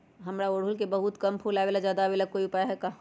हमारा ओरहुल में बहुत कम फूल आवेला ज्यादा वाले के कोइ उपाय हैं?